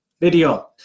video